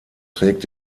trägt